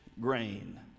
grain